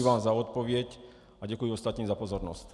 Děkuji vám za odpověď a děkuji ostatním za pozornost.